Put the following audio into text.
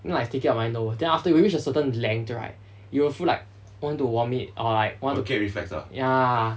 you know I stick it up my nose then after you reach a certain length right you will feel like want to vomit or like want to ya